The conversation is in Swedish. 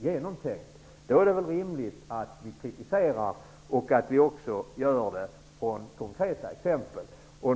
genomtänkt.